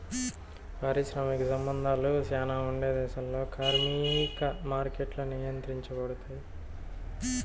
పారిశ్రామిక సంబంధాలు శ్యానా ఉండే దేశాల్లో కార్మిక మార్కెట్లు నియంత్రించబడుతాయి